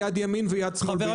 יד ימין ויד שמאל ביחד.